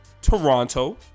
Toronto